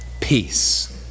peace